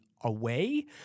away